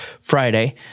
Friday